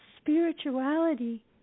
spirituality